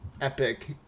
epic